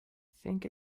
think